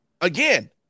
again